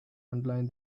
underline